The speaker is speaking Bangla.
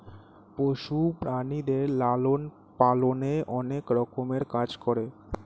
পশু প্রাণীদের লালন পালনে অনেক রকমের কাজ করে